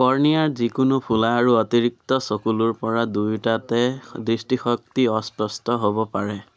কৰ্ণিয়াৰ যিকোনো ফুলা আৰু অতিৰিক্ত চকুলোৰ পৰা দুয়োটাতে দৃষ্টিশক্তি অস্পষ্ট হ'ব পাৰে